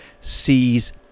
sees